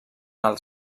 els